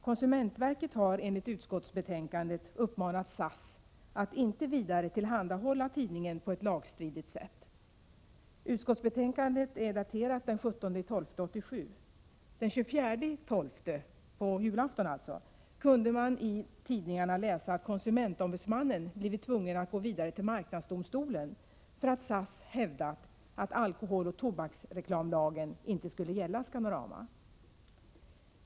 Konsumentverket har enligt utskottsbetänkandet uppmanat SAS att inte vidare tillhandahålla tidningen på ett lagstridigt sätt. Utskottsbetänkandet är daterat den 17 december 1987. Den 24 december — på julafton alltså — kunde man i tidningarna läsa att konsumentombudsmannen blivit tvungen att gå vidare till marknadsdomstolen för att SAS hävdat att alkoholoch tobaksreklamlagen inte skulle gälla Scanorama.